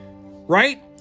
right